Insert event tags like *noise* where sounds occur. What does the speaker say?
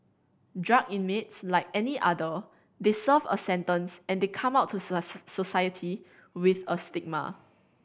drug inmates like any other they serve a sentence and they come out to *unintelligible* society with a stigma